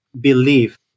believe